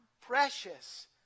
precious